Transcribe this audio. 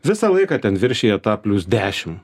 visą laiką ten viršija tą plius dešim